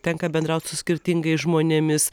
tenka bendraut su skirtingais žmonėmis